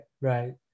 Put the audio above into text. Right